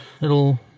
little